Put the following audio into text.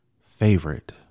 favorite